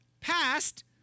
past